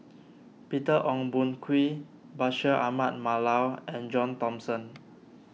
Peter Ong Boon Kwee Bashir Ahmad Mallal and John Thomson